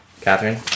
Catherine